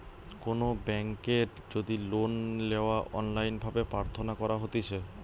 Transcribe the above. কোনো বেংকের যদি লোন লেওয়া অনলাইন ভাবে প্রার্থনা করা হতিছে